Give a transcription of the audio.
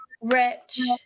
Rich